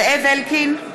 זאב אלקין,